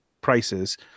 prices